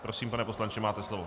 Prosím, pane poslanče, máte slovo.